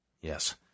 Yes